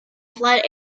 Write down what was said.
flood